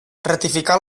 ratificar